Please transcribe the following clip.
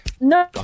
No